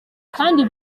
kandi